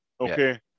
Okay